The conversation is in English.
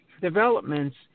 developments